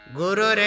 guru